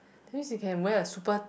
that means you can wear a super